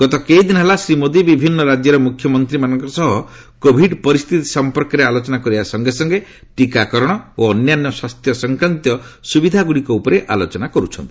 ଗତ କେଇଦିନ ହେଲା ଶ୍ରୀ ମୋଦୀ ବିଭିନ୍ନ ରାଜ୍ୟର ମୁଖ୍ୟମନ୍ତ୍ରୀମାନଙ୍କ ସହ କୋଭିଡ ପରିସ୍ଥିତି ସଂପର୍କରେ ଆଲୋଚନା କରିବା ସଙ୍ଗେ ସଙ୍ଗେ ଟିକାକରଣ ଓ ଅନ୍ୟାନ୍ୟ ସ୍ୱାସ୍ଥ୍ୟ ସଂକ୍ରାନ୍ତୀୟ ସୁବିଧାଗୁଡ଼ିକ ଉପରେ ଆଲୋଚନା କରୁଛନ୍ତି